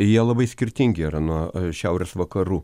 jie labai skirtingi yra nuo šiaurės vakarų